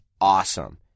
awesome